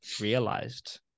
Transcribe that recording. realized